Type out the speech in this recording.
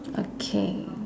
okay